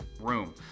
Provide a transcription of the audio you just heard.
room